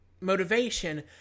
motivation